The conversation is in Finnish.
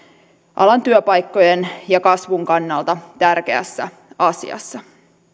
alan työpaikkojen ja kasvun kannalta tärkeässä asiassa